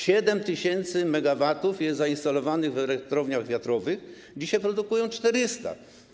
7 tys. MW jest zainstalowanych w elektrowniach wiatrowych, które dzisiaj produkują 400.